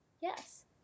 Yes